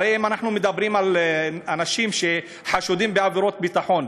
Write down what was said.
הרי אם אנחנו מדברים על אנשים שחשודים בעבירות ביטחון,